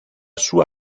sua